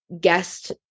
guest